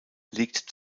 liegt